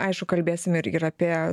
aišku kalbėsim ir ir apie